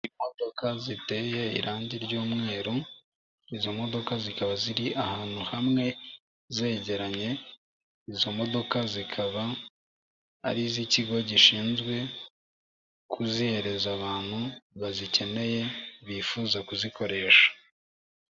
Imodoka ziteye irangi ry'umweru, izo modoka zikaba ziri ahantu hamwe zegeranye, izo modoka zikaba ari iz'ikigo gishinzwe kuzihereza abantu bazikeneye, bifuza kuzikoresha.